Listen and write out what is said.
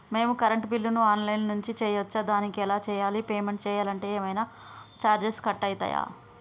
మేము కరెంటు బిల్లును online నుంచి చేయచ్చా? దానికి ఎలా చేయాలి? పేమెంట్ చేయాలంటే ఏమైనా చార్జెస్ కట్ అయితయా?